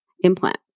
implant